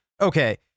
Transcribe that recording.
Okay